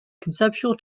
conceptual